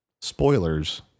Spoilers